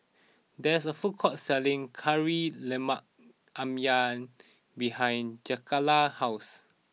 there is a food court selling Kari Lemak Ayam behind Jakayla's house